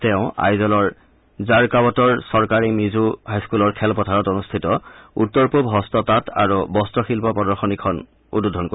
তেওঁ আইজলৰ জাৰকাৱতৰ চৰকাৰী মিজো হাইস্থুলৰ খেলপথাৰত অনুষ্ঠিত উত্তৰ পূব হস্ত তাঁত আৰু বস্ত্ৰ শিল্প প্ৰদশনীখন উদ্বোধন কৰিব